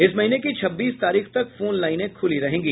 इस महीने की छब्बीस तारीख तक फोन लाइनें खुली रहेंगी